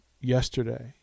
yesterday